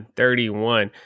thirty-one